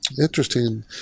Interesting